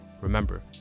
Remember